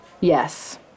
Yes